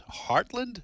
Heartland